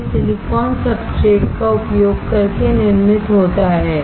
यह silicon substrate का उपयोग करके निर्मित होता है